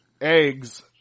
eggs